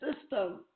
system